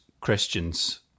Christians